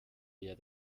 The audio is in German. ihr